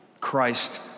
Christ